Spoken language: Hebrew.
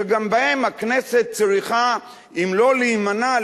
שגם בהם הכנסת צריכה אם לא להימנע,